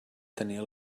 tenir